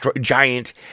giant